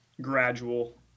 gradual